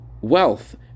wealth